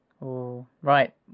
Right